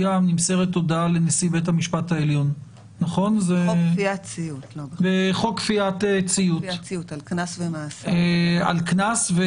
הודעה לנשיא/נשיאת בית המשפט העליון על מצב של מעצר או הטלת קנס,